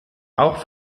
auch